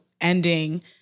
ending